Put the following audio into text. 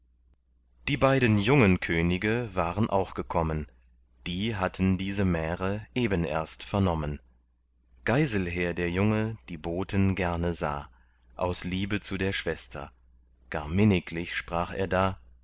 die beiden jungen könige waren auch gekommen die hatten diese märe eben erst vernommen geiselher der junge die boten gerne sah aus liebe zu der schwester gar minniglich sprach er da